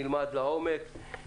נלמד לעומק,